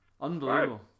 Unbelievable